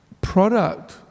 product